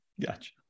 Gotcha